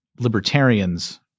libertarians